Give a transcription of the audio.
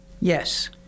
yes